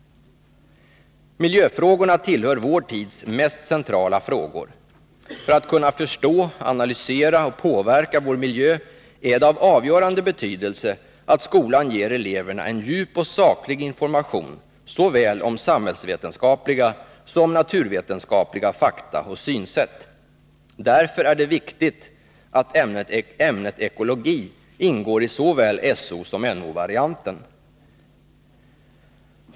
Miljöfrågorna tillhör vår tids mest centrala frågor. För att de skall kunna förstå, analysera och påverka vår miljö är det av avgörande betydelse att skolan ger eleverna en djup och saklig information om såväl samhällsvetenskapliga som naturvetenskapliga fakta och synsätt. Därför är det viktigt att ämnet ekologi ingår i såväl Sosom No-varianten.